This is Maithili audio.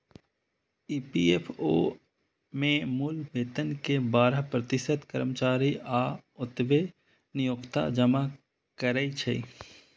ई.पी.एफ.ओ मे मूल वेतन के बारह प्रतिशत कर्मचारी आ ओतबे नियोक्ता जमा करै छै